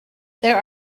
there